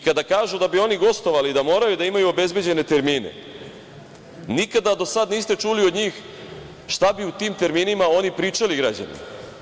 Kada kažu da bi oni gostovali i da moraju da imaju obezbeđene termine, nikada do sada niste čuli od njih šta bi u tim terminima oni pričali građanima.